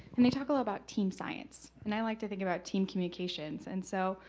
and we talk a lot about team science, and i like to think about team communications, and, so,